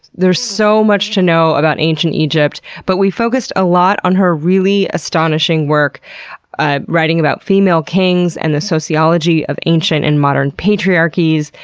there's so much to know about ancient egypt, but we focused a lot on her really astonishing work ah writing about female kings and the sociology of ancient and modern patriarchies,